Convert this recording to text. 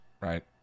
right